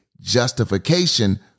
justification